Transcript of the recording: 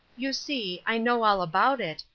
you see, i know all about it,